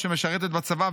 שמשרתת בצבא,